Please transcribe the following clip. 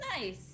Nice